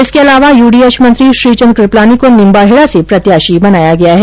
इसके अलावा यूडीएच मंत्री श्रीचन्द्र कृपलानी को निम्बाहेडा से प्रत्याशी बनाया गया है